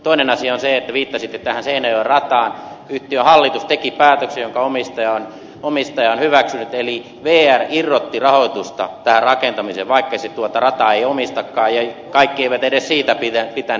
toinen asia on se viittasitte tähän seinäjoen rataan että yhtiön hallitus teki päätöksen jonka omistaja on hyväksynyt eli vr irrotti rahoitusta tähän rakentamiseen vaikka se ei tuota rataa omistakaan ja kaikki eivät edes siitä pitäneet